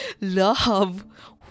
love